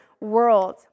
world